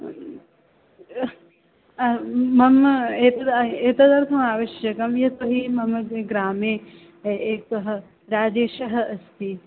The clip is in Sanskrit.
मम एतद एतदर्थम् आवश्यकं यतोहि मम ग्रामे एकः राजेशः अस्ति